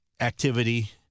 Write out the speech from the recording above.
activity